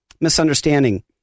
misunderstanding